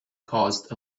caused